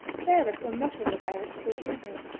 sarah saw nothing of eric till the evening,